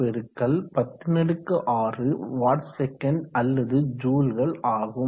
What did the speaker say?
6 × 106 watt second அல்லது ஜூல்கள் ஆகும்